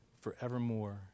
forevermore